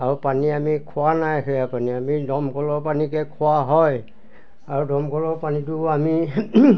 আৰু পানী আমি খোৱা নাই সেয়া পানী আমি দমকলৰ পানীকে খোৱা হয় আৰু দমকলৰ পানীটোও আমি